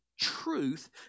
truth